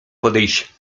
podejść